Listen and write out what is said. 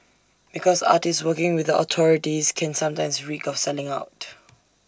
because artists working with the authorities can sometimes reek of selling out